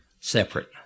separate